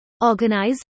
organize